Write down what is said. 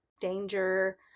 danger